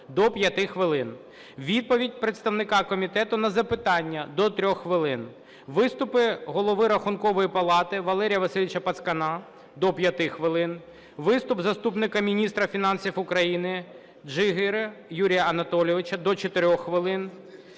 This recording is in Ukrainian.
відповідь представника комітету на запитання – до 3 хвилин; виступи Голови Рахункової палати Валерія Васильовича Пацкана – до 5 хвилин; виступ заступника міністра фінансів України Джигири Юрія Анатолійовича – до 4 хвилин;